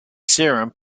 serum